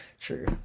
True